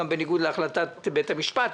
גם בניגוד להחלטת בית המשפט,